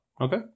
okay